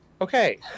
Okay